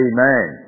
Amen